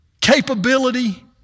capability